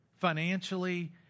financially